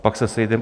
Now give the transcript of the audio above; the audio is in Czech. Pak se sejdeme.